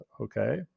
okay